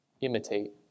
imitate